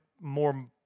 more